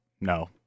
No